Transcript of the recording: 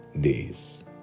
days